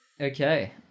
Okay